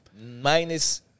Minus